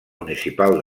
municipal